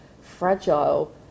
fragile